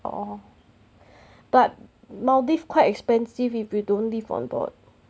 oh but maldives quite expensive if you don't live on board